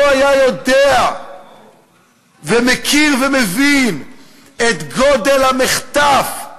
לא היה יודע ומכיר ומבין את גודל המחטף,